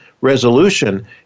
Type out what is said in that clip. resolution